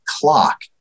clock